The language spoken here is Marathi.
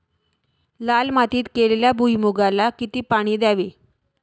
लाल मातीत केलेल्या भुईमूगाला किती पाणी द्यावे?